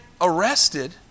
arrested